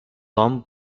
tom